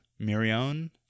Mirion